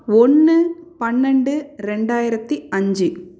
ஒன்று பன்னெண்டு ரெண்டாயிரத்தி அஞ்சு